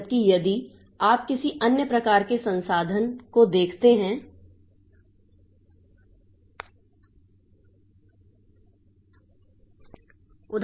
जबकि यदि आप किसी अन्य प्रकार के संसाधन को देखते हैं उदाहरण के लिए स्क्रीन